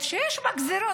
שיש בה גזרות,